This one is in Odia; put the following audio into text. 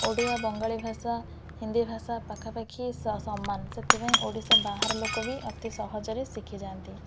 ଓଡ଼ିଆ ବଙ୍ଗାଳି ଭାଷା ହିନ୍ଦୀ ଭାଷା ପାଖାପାଖି ସମାନ ସେଥିପାଇଁ ଓଡ଼ିଶା ବାହାର ଲୋକ ବି ଅତି ସହଜରେ ଶିଖିଯାଆନ୍ତି